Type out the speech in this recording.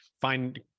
find